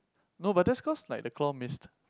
no but that's cause like the claw missed